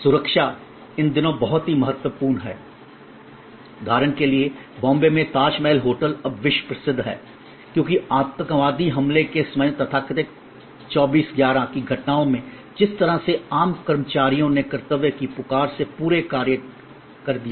सुरक्षा इन दिनों बहुत ही महत्वपूर्ण है उदाहरण के लिए बॉम्बे में ताजमहल होटल अब विश्व प्रसिद्ध है क्योंकि आतंकवादी हमले के समय तथाकथित 2611 की घटनाओं में जिस तरह से आम कर्मचारियों ने कर्तव्य की पुकार से परे कार्य कर दिया था